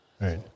right